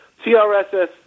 TRSS